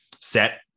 set